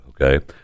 okay